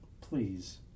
Please